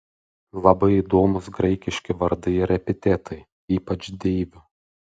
labai įdomūs graikiški vardai ir epitetai ypač deivių